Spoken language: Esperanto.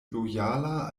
lojala